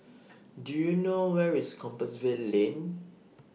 Do YOU know Where IS Compassvale Lane